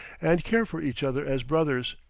and care for each other as brothers,